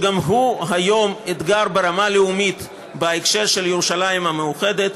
וגם הוא היום אתגר ברמה הלאומית בהקשר של ירושלים המאוחדת,